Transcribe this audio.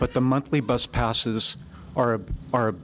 but the monthly bus passes are a